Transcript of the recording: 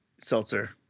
seltzer